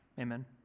amen